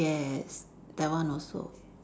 yes that one also